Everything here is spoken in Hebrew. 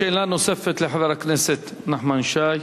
שאלה נוספת לחבר הכנסת נחמן שי.